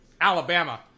Alabama